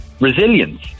resilience